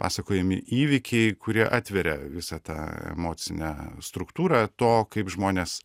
pasakojami įvykiai kurie atveria visą tą emocinę struktūrą to kaip žmonės